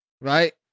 right